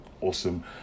awesome